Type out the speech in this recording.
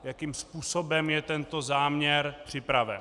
Jakým způsobem je tento záměr připraven.